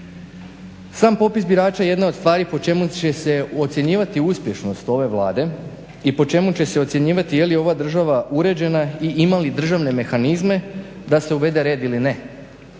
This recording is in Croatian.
Sam popi birača jedna je od stvari po čemu će se ocjenjivati uspješnost ove Vlade i po čemu će se ocjenjivati je li ova država uređena i ima li državne mehanizme da se uvede red ili ne.